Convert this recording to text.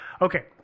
Okay